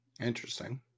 Interesting